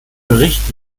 bericht